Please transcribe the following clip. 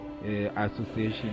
Association